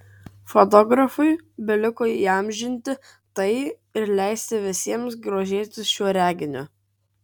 fotografui beliko įamžinti tai ir leisti visiems grožėtis šiuo reginiu